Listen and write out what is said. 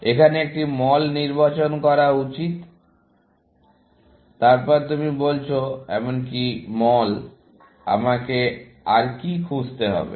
এখন এখানে একটি মল নির্বাচন করা উচিত তারপর তুমি বলছো এমনকি মল আমাকে আর কি খুঁজতে হবে